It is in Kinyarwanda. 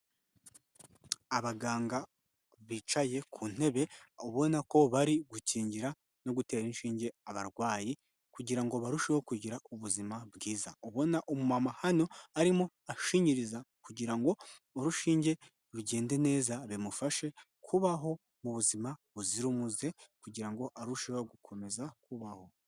Abaganga bicaye ku ntebe ubona ko bari gukingira no gutera inshinge abarwayi kugira ngo barusheho kugira ubuzima bwiza. Ubona umumama hano arimo ashinyiriza kugira ngo urushinge rugende neza bimufashe kubaho mu buzima buzira umuze, kugira ngo arusheho gukomeza kubaho.